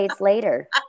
later